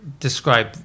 Describe